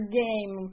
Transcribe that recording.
game